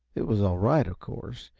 it was all right, of course,